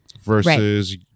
versus